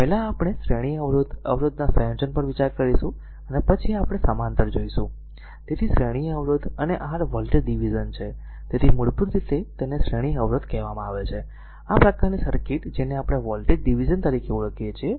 પહેલા આપણે શ્રેણી અવરોધ અવરોધના સંયોજન પર વિચાર કરીશું અને પછી આપણે સમાંતર જોશું તેથી શ્રેણી અવરોધ અને r વોલ્ટેજ ડિવિઝન છે તેથી મૂળભૂત રીતે તેને શ્રેણી અવરોધ કહેવામાં આવે છે અને આ પ્રકારની સર્કિટ જેને આપણે વોલ્ટેજ ડીવીઝન તરીકે ઓળખીએ છીએ